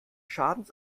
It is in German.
schadens